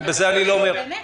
ובזה אני לא אומר --- באמת,